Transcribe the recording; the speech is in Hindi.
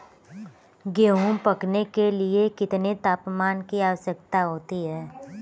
गेहूँ पकने के लिए कितने तापमान की आवश्यकता होती है?